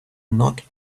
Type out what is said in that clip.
not